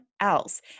else